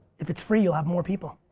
if it's free you'll have more people.